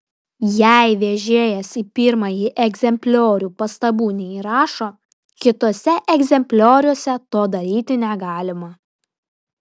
jei vežėjas į pirmąjį egzempliorių pastabų neįrašo kituose egzemplioriuose to daryti negalima